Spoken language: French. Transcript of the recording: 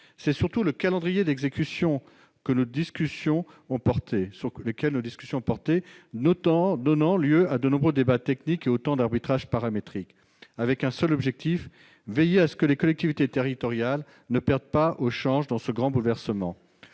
porté sur le calendrier d'exécution, donnant lieu à de nombreux débats techniques et à autant d'arbitrages paramétriques, dans un seul objectif : veiller à ce que les collectivités territoriales ne perdent pas au change dans ce grand bouleversement.